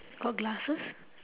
got glasses